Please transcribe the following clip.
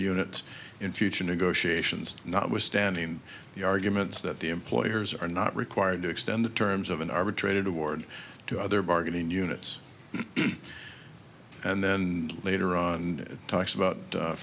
units in future negotiations notwithstanding the arguments that the employers are not required to extend the terms of an arbitrated award to other bargaining units and then later on talks about